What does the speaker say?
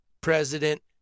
President